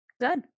Good